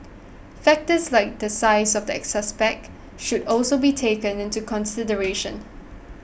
factors like the size of the suspect should also be taken into consideration